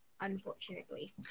unfortunately